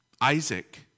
Isaac